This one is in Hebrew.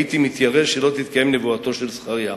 הייתי מתיירא שלא תתקיים נבואתו של זכריה.